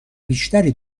بیشتری